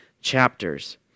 chapters